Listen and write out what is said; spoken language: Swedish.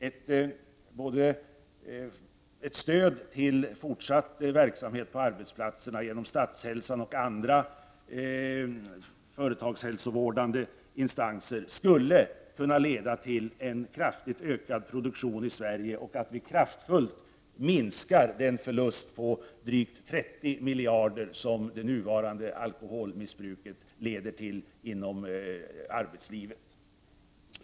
Ett stöd till fortsatt verksamhet på arbetsplatserna genom Statshälsan och andra företagshälsovårdande instanser skulle kunna leda till en kraftigt ökad produktion i Sverige och till att den förlust på drygt 30 miljarder, som det nuvarande alkoholmissbruket leder till i arbetslivet, mifiskar.